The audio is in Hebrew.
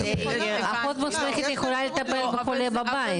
אבל אחות מוסמכת יכולה לטפל בחולה בבית.